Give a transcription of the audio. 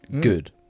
good